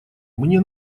мне